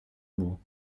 mot